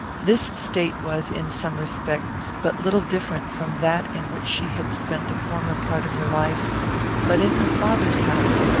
this state was, in some respects, but little different from that in which she had spent the former part of her life but, in her father's house,